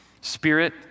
spirit